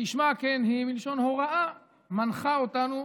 כשמה כן היא, מלשון הוראה, מנחה אותנו,